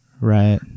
Right